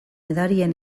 edariren